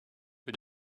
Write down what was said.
que